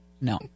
no